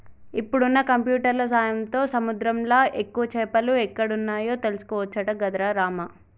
ఇప్పుడున్న కంప్యూటర్ల సాయంతో సముద్రంలా ఎక్కువ చేపలు ఎక్కడ వున్నాయో తెలుసుకోవచ్చట గదరా రామా